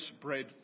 bread